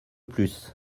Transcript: plus